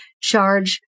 charge